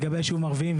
לגבי היישובים ערביים,